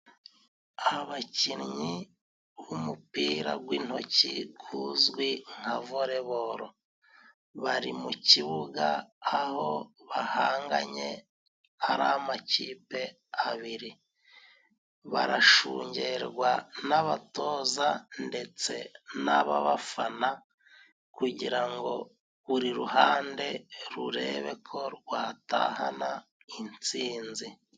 Abakinnyi b'umupira gw'intoki guzwi nka voreboro bari mu kibuga aho bahanganye. Hari amakipe abiri barashungerwa n'abatoza ndetse n'aba bafana, kugira ngo buri ruhande rurebe ko rwatahana intsinzi.